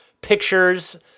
pictures